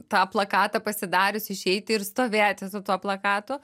tą plakatą pasidarius išeiti ir stovėti su tuo plakatu